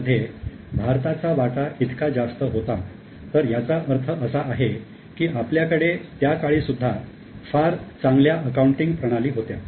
मध्ये भारताचा वाटा इतका जास्त होता तर याचा अर्थ असा आहे की आपल्याकडे त्याकाळी सुद्धा फार चांगल्या अकाउंटिंग प्रणाली होत्या